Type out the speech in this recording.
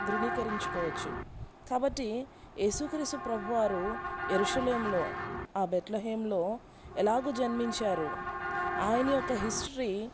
ధ్రునికరించుకోవచ్చు కాబట్టి ఏసుక్రిసు ప్రభువారు జెరుషలేంలో ఆ బెత్లహెంలో ఎలాగు జన్మించారు ఆయన యొక్క హిస్టరీ